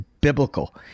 biblical